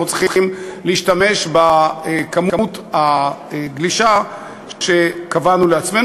צריכים להשתמש בכמות הגלישה שקבענו לעצמנו.